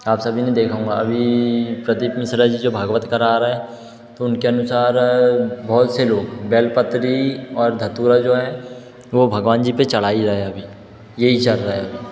आप सभी ने देखा होगा अभी प्रदीप मिश्रा जी जो भागवत करा रहे तो उनके अनुसार बहुत से लोग बेलपत्री और धतूरा जो है वो भगवान जी पे चला ही रहे है अभी यही चल रहा है अभी